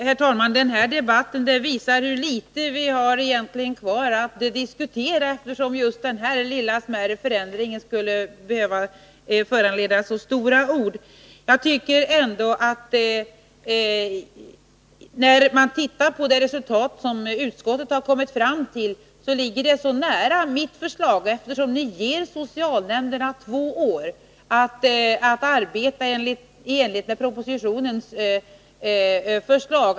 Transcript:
Herr talman! Jag tycker att den här debatten visar hur litet vi egentligen har kvar att diskutera, eftersom just denna lilla förändring föranleder så stora ord. Det resultat som utskottet har kommit fram till ligger rätt nära mitt förslag, eftersom man låter socialnämnderna få två år på sig att arbeta i enlighet med propositionens förslag.